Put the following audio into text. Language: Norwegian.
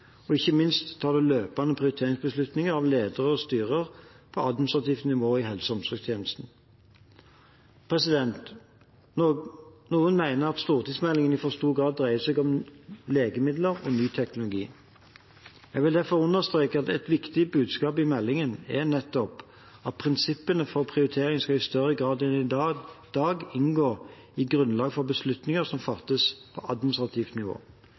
og ikke minst tas det løpende prioriteringsbeslutninger av ledere og styrer på administrativt nivå i helse- og omsorgstjenesten. Noen mener at stortingsmeldingen i for stor grad dreier seg om legemidler og ny teknologi. Jeg vil derfor understreke at et viktig budskap i meldingen er nettopp at prinsippene for prioritering i større grad enn i dag skal inngå i grunnlaget for beslutninger som fattes på administrativt nivå.